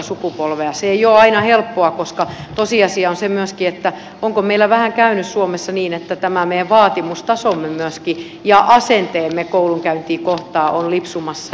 se ei ole aina helppoa koska tosiasia on myöskin se että onko meillä vähän käynyt suomessa niin että tämä meidän vaatimustasomme myöskin ja asenteemme koulunkäyntiä kohtaan on lipsumassa